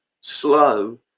slow